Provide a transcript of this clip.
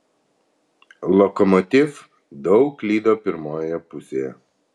lokomotiv daug klydo pirmoje pusėje